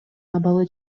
абалы